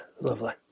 lovely